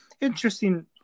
Interesting